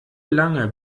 lange